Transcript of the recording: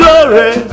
Glory